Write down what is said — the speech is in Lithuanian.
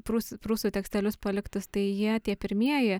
prūsų prūsų tekstelius paliktus tai jie tie pirmieji